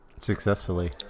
Successfully